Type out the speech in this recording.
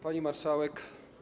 Pani Marszałek!